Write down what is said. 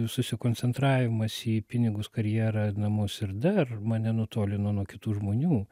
susikoncentravimas į pinigus karjerą namus ir dar mane nutolino nuo kitų žmonių